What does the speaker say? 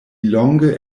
longe